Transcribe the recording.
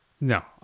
No